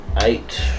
Eight